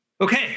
Okay